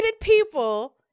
people